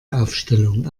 aufstellung